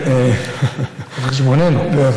על חשבוננו.